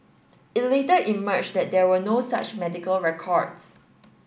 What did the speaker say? it later emerged that there were no such medical records